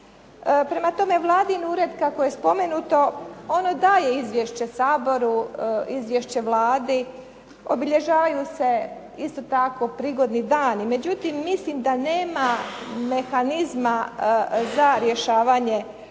Prema tome, Vladin ured kako je spomenuto ono daje izvješće Saboru, izvješće Vladi, obilježavaju se isto tako prigodni dani. Međutim, mislim da nema mehanizma za rješavanje ovih